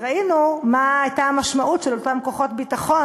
וראינו מה הייתה המשמעות של אותם כוחות ביטחון